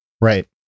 right